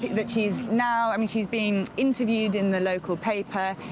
that she's now. i mean, she's being interviewed in the local paper,